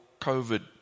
COVID